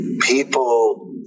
people